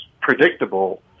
predictable